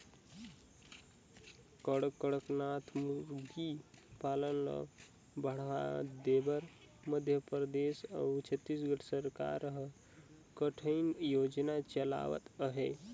कड़कनाथ मुरगी पालन ल बढ़ावा देबर मध्य परदेस अउ छत्तीसगढ़ सरकार ह कइठन योजना चलावत हे